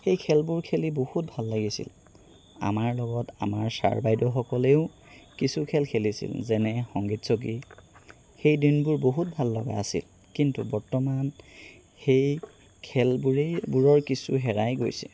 সেই খেলবোৰ খেলি বহুত ভাল লাগিছিল আমাৰ লগত আমাৰ ছাৰ বাইদেউসকলেও কিছু খেল খেলিছিল যেনে সংগীত চকী সেইদিনবোৰ বহুত ভাললগা আছিল কিন্তু বৰ্তমান সেই খেলবোৰেই বোৰৰ কিছু হেৰাই গৈছে